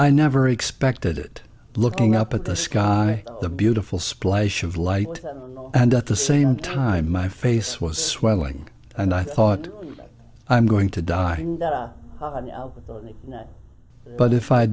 i never expected it looking up at the sky the beautiful splash of light and at the same time my face was swelling and i thought i'm going to die but if i